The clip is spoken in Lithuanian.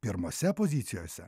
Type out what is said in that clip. pirmose pozicijose